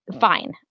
fine